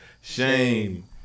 Shame